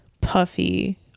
puffy